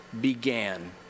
began